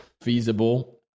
feasible